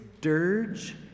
dirge